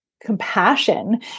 compassion